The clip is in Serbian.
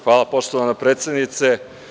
Hvala poštovana predsednice.